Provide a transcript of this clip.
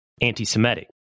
anti-Semitic